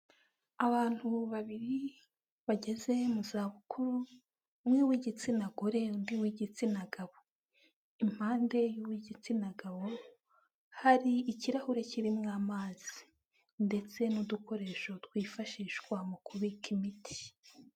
Abantu babiri bageze mu za bukuru, umwe w'igitsina gore undi w'igitsina gabo. Impande y'uw'igitsina gabo hari ikirahure kirimo amazi ndetse n'udukoresho twifashishwa mu kubika imiti.